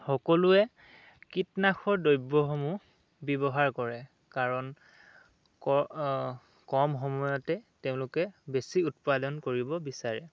সকলোৱে কীটনাশৰ দ্ৰব্যসমূহ ব্যৱহাৰ কৰে কাৰণ কম কম সময়তে তেওঁলোকে বেছি উৎপাদন কৰিব বিচাৰে